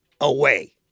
Away